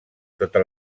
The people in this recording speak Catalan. sota